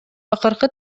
акыркы